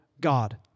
God